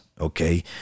okay